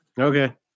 Okay